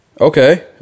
Okay